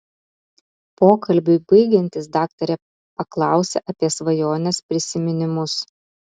pokalbiui baigiantis daktarė paklausia apie svajones prisiminimus